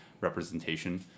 representation